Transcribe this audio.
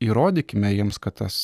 įrodykime jiems kad tas